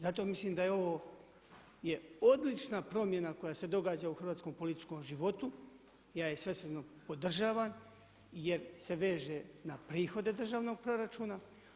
Zato mislim da ovo je odlična promjena koja se događa u hrvatskom političkom životu, ja je svesrdno podržavam jer se veže na prihode državnog proračuna.